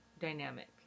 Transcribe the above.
dynamic